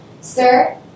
Sir